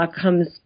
comes